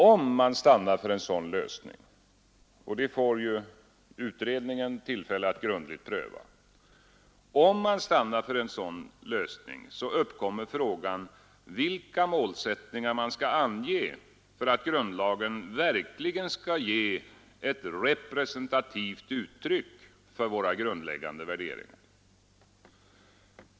Om man stannar för en sådan lösning — och det får ju utredningen tillfälle att grundligt pröva — uppkommer frågan vilka målsättningar som skall uppställas för att grundlagen verkligen skall ge ett representativt uttryck för våra grundläggande värderingar.